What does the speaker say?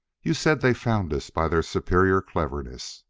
you said they found us by their superior cleverness.